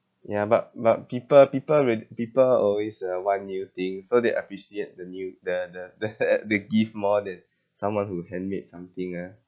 ya but but people people re~ people always uh want new things so they appreciate the new the the the the gift more than someone who handmade something ah